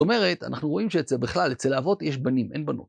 זאת אומרת, אנחנו רואים שבכלל אצל האבות יש בנים, אין בנות.